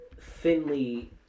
thinly